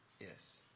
Yes